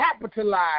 capitalize